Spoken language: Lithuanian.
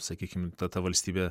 sakykim ta ta valstybė